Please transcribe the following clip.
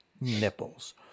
nipples